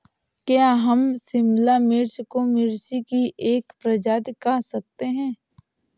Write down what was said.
क्या हम शिमला मिर्च को मिर्ची की एक प्रजाति कह सकते हैं?